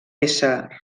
ésser